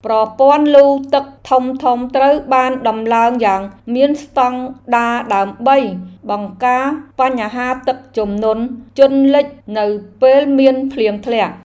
ប្រព័ន្ធលូទឹកធំៗត្រូវបានដំឡើងយ៉ាងមានស្តង់ដារដើម្បីបង្ការបញ្ហាទឹកជំនន់ជន់លិចនៅពេលមានភ្លៀងធ្លាក់។